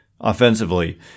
offensively